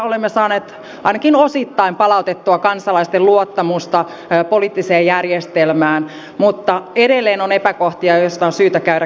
olemme saaneet ainakin osittain palautettua kansalaisten luottamusta poliittiseen järjestelmään mutta edelleen on epäkohtia joista on syytä käydä keskusteluja